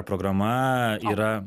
programa yra